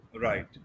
right